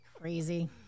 Crazy